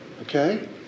Okay